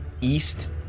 east